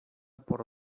por